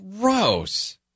Gross